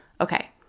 Okay